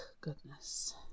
goodness